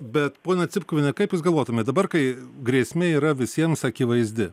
bet ponia cipkuviene kaip jūs galvotumėt dabar kai grėsmė yra visiems akivaizdi